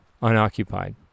unoccupied